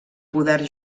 poder